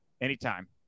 anytime